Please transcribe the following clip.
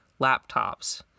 laptops